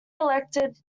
elected